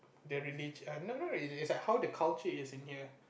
the religion no not religion is like how the culture is like in here